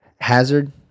Hazard